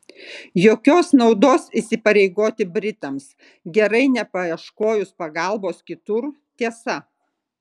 jokios naudos įsipareigoti britams gerai nepaieškojus pagalbos kitur tiesa